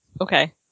Okay